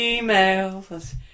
emails